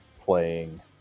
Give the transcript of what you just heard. playing